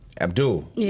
Abdul